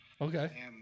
Okay